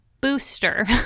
booster